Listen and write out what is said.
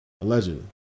allegedly